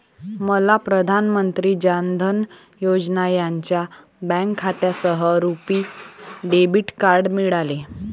मला प्रधान मंत्री जान धन योजना यांच्या बँक खात्यासह रुपी डेबिट कार्ड मिळाले